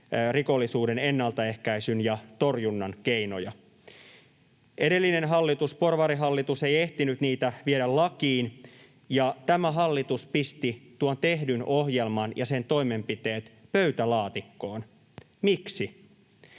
rikollisuuden ennaltaehkäisyn ja torjunnan keinoja. Edellinen hallitus, porvarihallitus, ei ehtinyt niitä viedä lakiin, ja tämä hallitus pisti tuon tehdyn ohjelman ja sen toimenpiteet pöytälaatikkoon. Miksi?